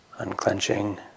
Unclenching